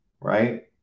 Right